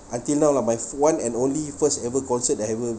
until now lah my one and only first ever concert I've ever